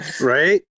Right